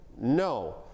No